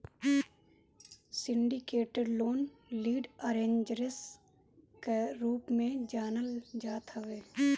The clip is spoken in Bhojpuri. सिंडिकेटेड लोन लीड अरेंजर्स कअ रूप में जानल जात हवे